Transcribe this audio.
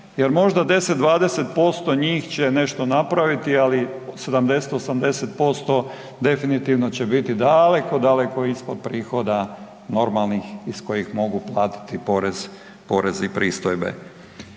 jer možda 10-20% njih će nešto napraviti, ali 70-80% definitivno će biti daleko, daleko ispod prihoda normalnih iz kojih mogu platiti porez, porez i pristojbe.